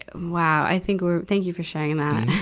and wow! i think we're, thank you for sharing that.